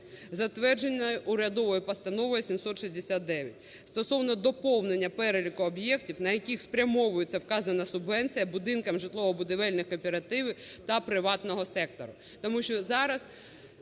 Затвердженою урядовою Постановою 769, стосовно доповнення переліку об'єктів, на які спрямовується вказана субвенція будинкам житлово-будівельних кооперативів та приватного сектору.